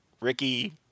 Ricky